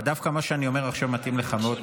דווקא מה שאני אומר עכשיו מתאים לך מאוד,